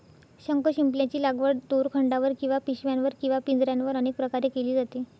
शंखशिंपल्यांची लागवड दोरखंडावर किंवा पिशव्यांवर किंवा पिंजऱ्यांवर अनेक प्रकारे केली जाते